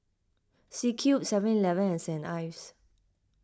C Cube Seven Eleven and Saint Ives